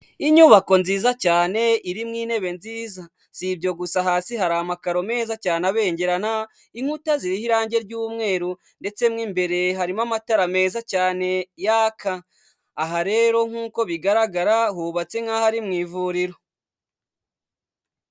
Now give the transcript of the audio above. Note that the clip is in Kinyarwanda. Inyubako nziza cyane irimo intebe nziza, si ibyo gusa, hasi hari amakaro meza cyane abengerana, inkuta ziriho irangi ry'umweru ndetse mu imbere harimo amatara meza cyane yaka, aha rero nk'uko bigaragara, hubatse nk'aho ari mu ivuriro.